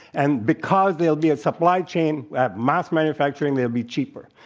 and because they'll be a supply chain at mass manufacturing, they'll be cheaper.